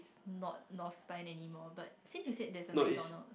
not anymore but since you said there's a McDonald